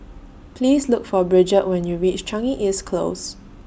Please Look For Bridgette when YOU REACH Changi East Close